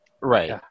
Right